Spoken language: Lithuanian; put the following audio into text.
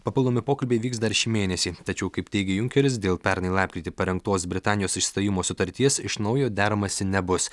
papildomi pokalbiai vyks dar šį mėnesį tačiau kaip teigė junkeris dėl pernai lapkritį parengtos britanijos išstojimo sutarties iš naujo deramasi nebus